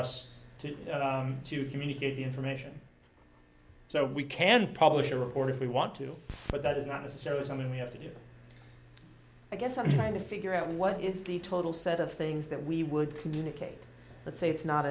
us to to communicate the information so we can publish or or if we want to but that is not necessarily something we have to do i guess i'm trying to figure out what is the total set of things that we would communicate that say it's not